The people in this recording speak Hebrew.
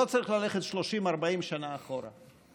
לא צריך ללכת 40-30 שנה אחורה.